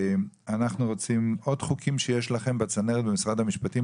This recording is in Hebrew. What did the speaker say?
אנחנו רוצים עוד חוקים שיש לכם בצנרת במשרד המשפטים,